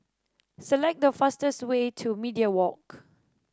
select the fastest way to Media Walk